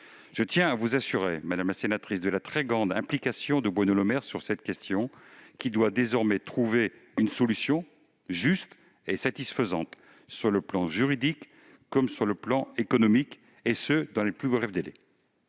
Je tiens à vous assurer, madame la sénatrice, de la très grande implication de Bruno Le Maire sur cette question, qui doit désormais trouver une solution juste et satisfaisante, sur le plan juridique comme sur le plan économique, et ce dans les plus brefs délais.